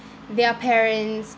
their parents